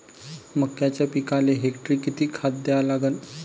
मक्याच्या पिकाले हेक्टरी किती खात द्या लागन?